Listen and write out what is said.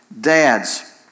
Dads